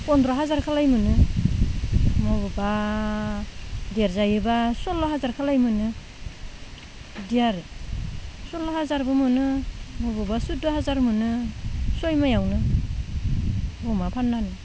पन्द्र' हाजारखालाय मोनो मबावबा गेदेर जायोब्ला सल्ल' हाजारखालाय मोनो बिदि आरो सल्ल' हाजारबो मोनो मबावबा सुद्द' हाजार मोनो सय मायावनो अमा फाननानै